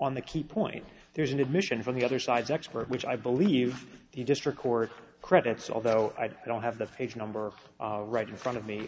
on the key point there's an admission from the other side's expert which i believe he just record credits although i don't have the faith number right in front of me